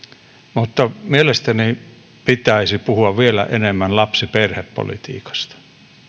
mutta mielestäni pitäisi puhua vielä enemmän lapsiperhepolitiikasta